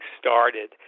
started